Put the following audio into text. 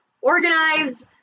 organized